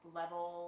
level